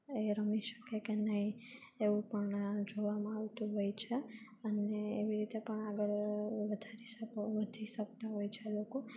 એ રમી શકે કે નહીં એવું પણ જોવામાં આવતું હોય છે અને એવી રીતે પણ આગળ વધારી સક વધી શકતા હોય છે લોકો